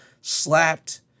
Slapped